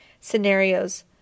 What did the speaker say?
scenarios